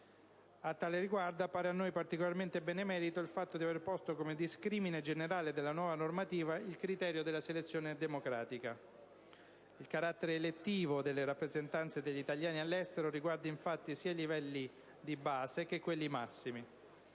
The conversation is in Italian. A tale riguardo, appare a noi particolarmente benemerito il fatto di aver posto come discrimine generale della nuova normativa il criterio della selezione democratica. Il carattere elettivo delle rappresentanze degli italiani all'estero riguarda infatti sia i livelli di base che quelli massimi.